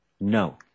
No